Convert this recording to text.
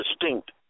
distinct